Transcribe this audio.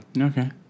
Okay